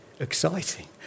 Exciting